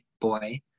Boy